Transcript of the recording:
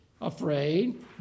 afraid